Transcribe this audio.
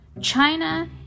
China